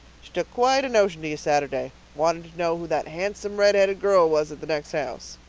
she took quite a notion to you saturday. wanted to know who that handsome redhaired girl was at the next house.